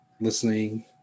listening